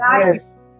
Yes